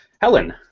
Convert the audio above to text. Helen